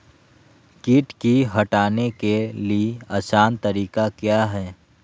किट की हटाने के ली आसान तरीका क्या है?